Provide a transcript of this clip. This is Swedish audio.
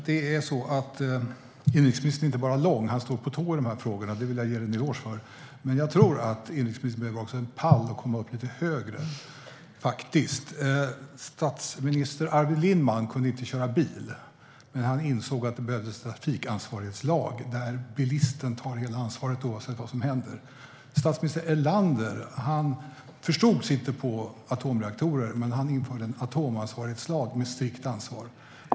Herr talman! Tack för svaret. Inrikesministern är inte bara lång. Han står på tå i de här frågorna. Det vill jag ge en eloge för. Men jag tror att inrikesministern också behöver en pall för att komma upp lite högre. Statsminister Arvid Lindman kunde inte köra bil. Men han insåg att det behövdes en trafikansvarighetslag där bilisten tar hela ansvaret oavsett vad som händer. Statsminister Erlander förstod sig inte på atomreaktorer. Men han införde en atomansvarighetslag med strikt ansvar.